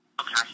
Okay